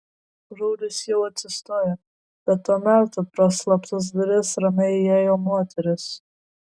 raulis jau atsistojo bet tuo metu pro slaptas duris ramiai įėjo moteris